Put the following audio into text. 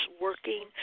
working